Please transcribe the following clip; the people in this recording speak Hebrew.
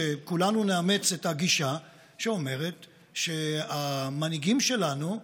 שכולנו נאמץ את הגישה שאומרת שהמנהיגים שלנו,